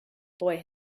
boy